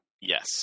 yes